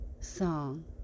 song